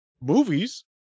movies